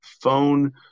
phone